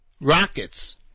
rockets